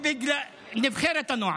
לא הנוער,